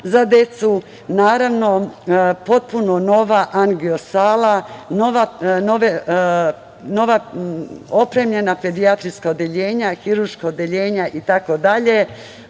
za decu, potpuno nova angio sala, nova opremljena pedijatrijska odeljenja, hirurška odeljenja itd, a